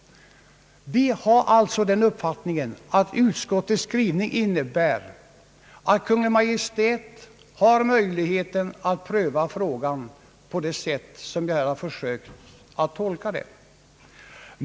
Vi har alltså den uppfattningen att utskottets skrivning innebär att Kungl. Maj:t har möjlighet att pröva frågan på det sätt som jag här försökt redogöra för.